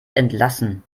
entlassen